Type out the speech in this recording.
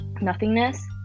nothingness